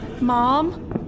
Mom